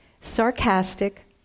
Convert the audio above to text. sarcastic